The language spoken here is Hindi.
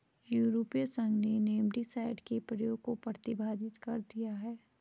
यूरोपीय संघ ने नेमेटीसाइड के प्रयोग को प्रतिबंधित कर दिया है